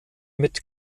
mit